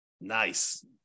Nice